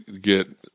get